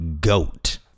goat